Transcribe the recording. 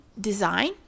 design